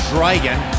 Dragon